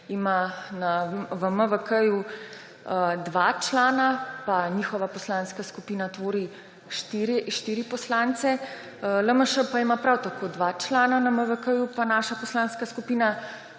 ima v MVK dva člana, pa njihova poslanska skupina tvori štiri poslance, LMŠ pa ima prav tako dva člana na MVK, pa naša poslanska skupina